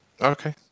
Okay